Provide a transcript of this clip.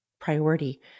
priority